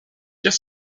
just